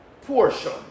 portion